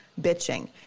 bitching